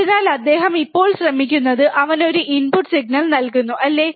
അതിനാൽ അദ്ദേഹം ഇപ്പോൾ ശ്രമിക്കുന്നത് അവൻ ഒരു ഇൻപുട്ട് സിഗ്നൽ നൽകുന്നു അല്ലേ